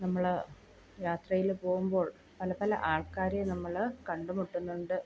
നമ്മൾ യാത്രയിൽ പോകുമ്പോൾ പല പല ആൾക്കാരെ നമ്മൾ കണ്ട് മുട്ടുന്നുണ്ട്